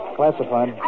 classified